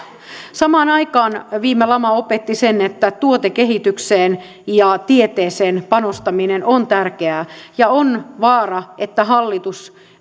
samaan aikaan viime lama opetti sen että tuotekehitykseen ja tieteeseen panostaminen on tärkeää on vaara että hallitus